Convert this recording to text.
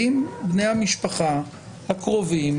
האם בני המשפחה הקרובים,